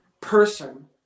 person